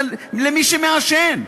זה למי שמעשן.